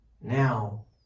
Now